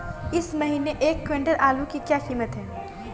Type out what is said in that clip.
इस महीने एक क्विंटल आलू की क्या कीमत है?